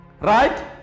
Right